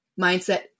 Mindset